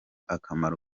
akamaro